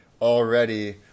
already